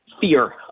fear